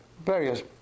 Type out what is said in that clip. Various